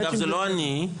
זה לא אני,